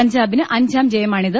പഞ്ചാബിന് അഞ്ചാം ജയമാണിത്